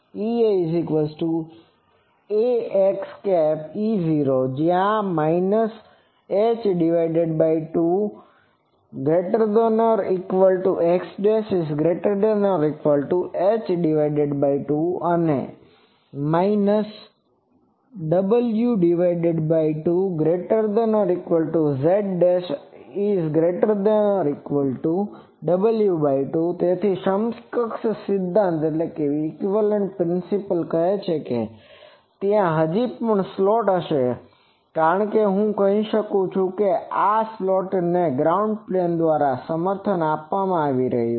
Ea→ ax E૦ જ્યાં h2 ≤X'≤ h2 અને w2 ≤Z ≤ w2 તેથી સમકક્ષ સિદ્ધાંત કહે છે કે ત્યાં હજી પણ આ સ્લોટ હશે કારણ કે હું કહી શકું છું કે આ સ્લોટને ગ્રાઉન્ડ પ્લેન દ્વારા સમર્થન આપવામાં આવ્યું છે